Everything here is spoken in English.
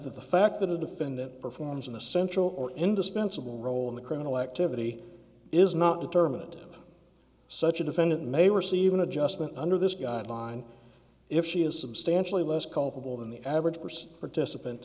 that the fact that a defendant performs in a central or indispensable role in the criminal activity is not determinative such a defendant may receive an adjustment under this guideline if she is substantially less culpable than the average person participant